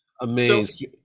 Amazing